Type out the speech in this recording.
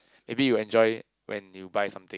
maybe you will enjoy it when you buy something